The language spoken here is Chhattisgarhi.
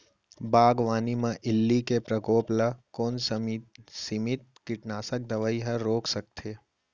बागवानी म इल्ली के प्रकोप ल कोन सीमित कीटनाशक दवई ह रोक सकथे?